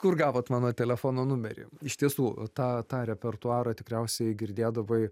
kur gavot mano telefono numerį iš tiesų tą tą repertuarą tikriausiai girdėdavai